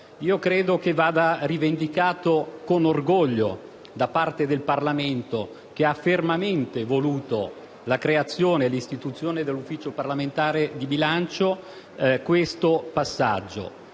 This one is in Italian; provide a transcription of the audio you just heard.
Credo che vada rivendicato con orgoglio questo passaggio dal Parlamento, che ha fermamente voluto la creazione e l'istituzione dell'Ufficio parlamentare di bilancio. Questo nostro